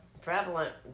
prevalent